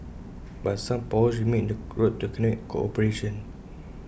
but some potholes remain in the road to economic cooperation